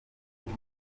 hari